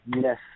Yes